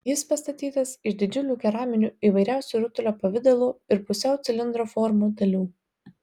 jis pastatytas iš didžiulių keraminių įvairiausių rutulio pavidalo ir pusiau cilindro formų dalių